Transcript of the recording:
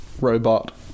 robot